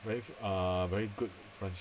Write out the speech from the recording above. very uh very good with friends